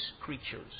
creatures